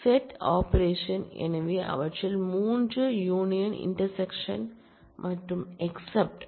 set operation எனவே அவற்றில் 3 union intersection மற்றும் எக்ஸ்செப்ட்